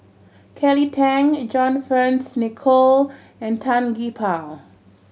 Kelly Tang John Fearns Nicoll and Tan Gee Paw